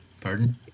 pardon